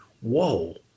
whoa